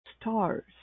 stars